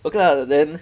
okay lah then